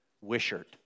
Wishart